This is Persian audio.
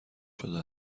شده